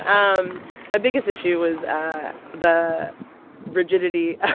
um my biggest issue was ah the rigidity of